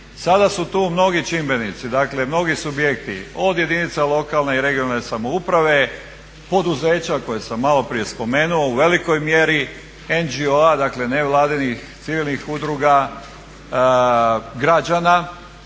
sada su tu mnogi čimbenici, dakle mnogi subjekti, od jedinica lokalne i regionalne samouprave, poduzeća koja sam maloprije spomenuo u velikoj mjeri NGO-a, dakle nevladinih civilnih udruga građana